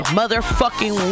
Motherfucking